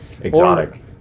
exotic